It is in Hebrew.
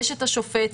יש השופט.